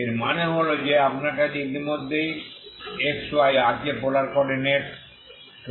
এর মানে হল যে আপনার কাছে ইতিমধ্যেই x y আছে পোলার কোঅর্ডিনেটস